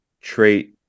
trait